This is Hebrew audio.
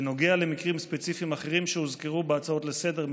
בנוגע למקרים ספציפיים אחרים שהוזכרו בהצעות לסדר-היום,